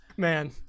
Man